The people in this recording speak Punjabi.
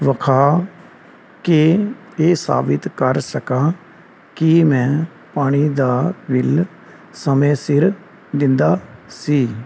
ਵਿਖਾ ਕੇ ਇਹ ਸਾਬਿਤ ਕਰ ਸਕਾਂ ਕਿ ਮੈਂ ਪਾਣੀ ਦਾ ਬਿੱਲ ਸਮੇਂ ਸਿਰ ਦਿੰਦਾ ਸੀ